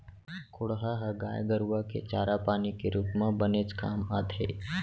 कोंढ़ा ह गाय गरूआ के चारा पानी के रूप म बनेच काम आथे